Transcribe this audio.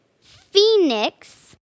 Phoenix